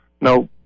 No